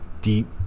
deep